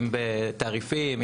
אם בתעריפים,